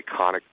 iconic